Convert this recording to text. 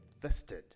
vested